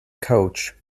coach